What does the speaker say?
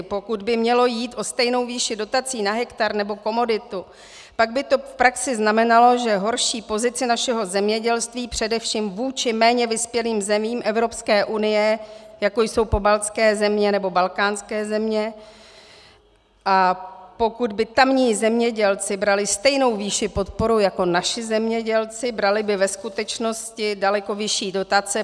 Pokud by mělo jít o stejnou výši dotací na hektar nebo komoditu, pak by to v praxi znamenalo, že horší pozici našeho zemědělství především vůči méně vyspělým zemím EU, jako jsou pobaltské země nebo balkánské země, a pokud by tamní zemědělci brali stejnou výši podpory jako naši zemědělci, brali by ve skutečnosti daleko vyšší dotace.